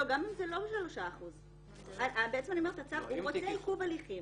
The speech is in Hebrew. גם אם זה לא 3%. הוא רוצה עיכוב הליכים